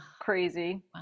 crazy